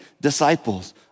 disciples